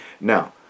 now